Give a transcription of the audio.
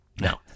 No